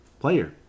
player